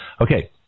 Okay